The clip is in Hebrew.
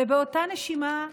ובאותה נשימה,